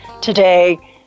today